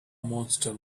monster